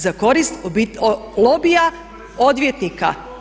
Za korist lobija, odvjetnika.